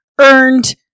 earned